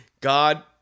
God